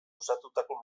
osatutako